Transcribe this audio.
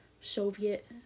Soviet